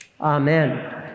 Amen